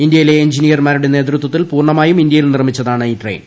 ഇന്തൃയിലെ എഞ്ചിനീയർമാരുടെ നേതൃത്വത്തിൽ പൂർണ്ണമായും ഇന്ത്യയിൽ നിർമ്മിച്ചതാണ് ഈ ട്രെയിൻ